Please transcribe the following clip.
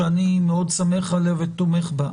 שאני מאוד שמח עליה ותומך בה,